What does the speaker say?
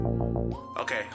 Okay